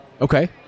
Okay